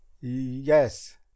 Yes